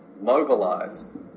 mobilise